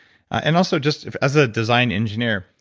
and also just as a design engineer,